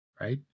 right